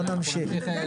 נמשיך.